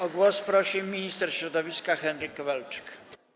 O głos prosi minister środowiska Henryk Kowalczyk.